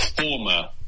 former